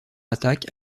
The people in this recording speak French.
attaque